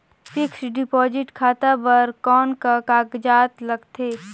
Fixed deposit खाता बर कौन का कागजात लगथे?